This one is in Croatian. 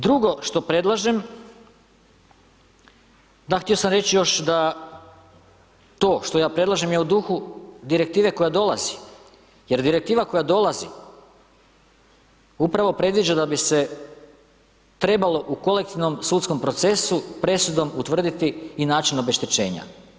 Drugo što predlažem, da, htio sam reći još da, to što ja predlažem je u duhu Direktive koja dolazi jer Direktiva koja dolazi upravo predviđa da bi se trebalo u kolektivnom sudskom procesu presudom utvrditi i način obeštećenja.